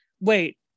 wait